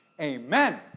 Amen